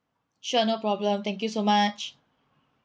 sure no problem thank you so much